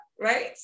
right